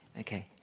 okay.